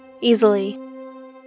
Easily